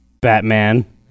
Batman